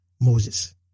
Moses